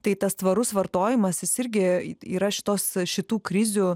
tai tas tvarus vartojimas jis irgi yra šitos šitų krizių